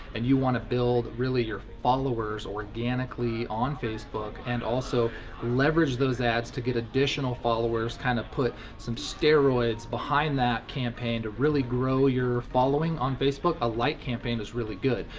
and you wanna build your followers organically on facebook, and also leverage those ads to get additional followers, kind of put some steroids behind that campaign to really grow your following on facebook, a like campaign is really good,